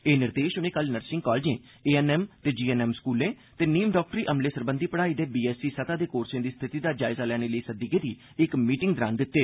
एह निर्देश उनें कल नर्सिंग कालेजें एएनएम ते जीएनएम स्कूलें ते नीम डाक्टरी अमले सरबंघी पढ़ाई दे बी एस सी सतह दे कोर्सें दी स्थिति दा जायजा लैने लेई सद्दी गेदी इक बैठक दरान दित्ते